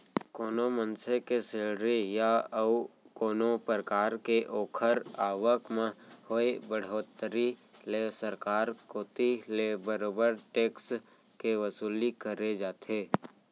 कोनो मनसे के सेलरी या अउ कोनो परकार के ओखर आवक म होय बड़होत्तरी ले सरकार कोती ले बरोबर टेक्स के वसूली करे जाथे